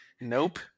nope